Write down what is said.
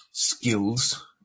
skills